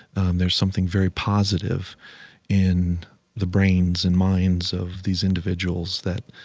and there's something very positive in the brains and minds of these individuals that